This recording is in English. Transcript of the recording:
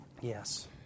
Yes